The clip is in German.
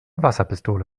wasserpistole